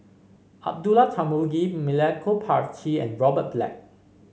Abdullah Tarmugi Milenko Prvacki and Robert Black